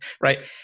right